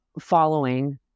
following